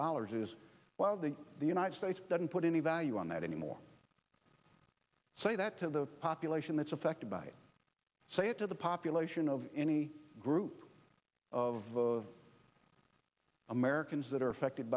dollars is one of the the united states doesn't put any value on that any more say that to the population that's affected by saying to the population of any group of americans that are affected